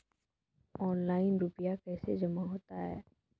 Online रुपये कैसे जमा होता हैं?